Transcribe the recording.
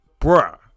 Bruh